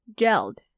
gelled